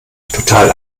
total